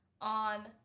on